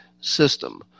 system